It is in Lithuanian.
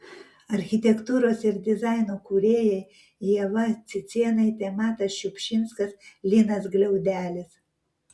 architektūros ir dizaino kūrėjai ieva cicėnaitė matas šiupšinskas linas gliaudelis